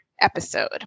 episode